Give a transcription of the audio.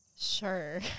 Sure